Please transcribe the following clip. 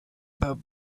about